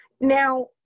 Now